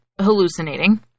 hallucinating